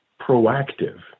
proactive